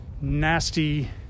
nasty